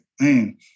man